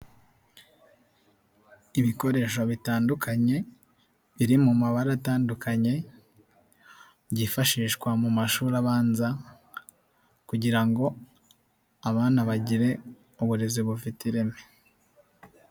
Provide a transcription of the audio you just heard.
Ibikoresho bitandukanye, biri mu mabara atandukanye, byifashishwa mu mashuri abanza kugira ngo abana bagire uburezi bufite ireme.